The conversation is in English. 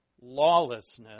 lawlessness